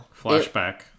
flashback